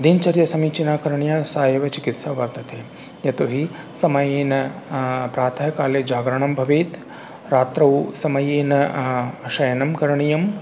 दिनचर्या समीचीना करणीया सा एव चिकित्सा वर्तते यतोहि समयेन प्रातःकाले जागरणं भवेत् रात्रौ समयेन शयनं करणीयं